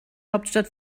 hauptstadt